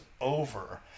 over